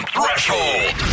Threshold